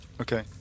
Okay